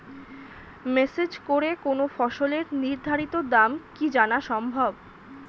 Message করে কোন ফসলের নির্ধারিত দাম কি জানা সম্ভব?